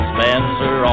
Spencer